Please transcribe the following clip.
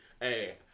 Hey